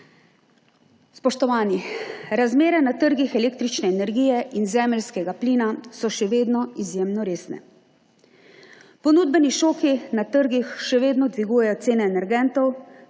Spoštovani! Razmere na trgih električne energije in zemeljskega plina so še vedno izjemno resne. Ponudbeni šoki na trgih še vedno dvigujejo cene energentov,